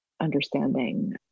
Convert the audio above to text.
understanding